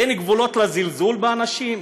אין גבולות לזלזול באנשים?